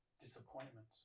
disappointment